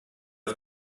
auf